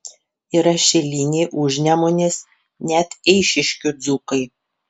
yra šiliniai užnemunės net eišiškių dzūkai